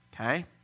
Okay